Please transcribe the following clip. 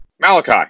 Malachi